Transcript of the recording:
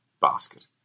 basket